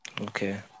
Okay